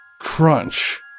Crunch